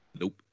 Nope